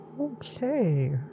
Okay